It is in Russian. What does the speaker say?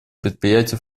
предприятий